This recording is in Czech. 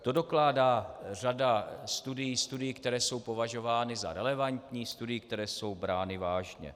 To dokládá řada studií, studií, které jsou považovány za relevantní, studií, které jsou brány vážně.